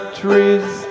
trees